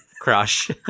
crush